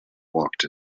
walked